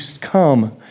come